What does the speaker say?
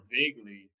vaguely